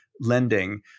lending